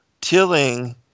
tilling